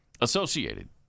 associated